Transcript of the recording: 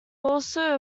also